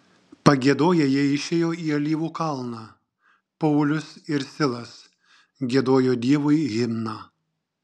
pagiedoję jie išėjo į alyvų kalną paulius ir silas giedojo dievui himną